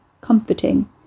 comforting